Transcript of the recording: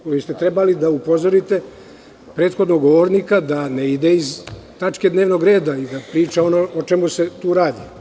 Trebali ste da upozorite prethodnog govornika da ne ide iz tačke dnevnog reda i da priča o čemu se tu radi.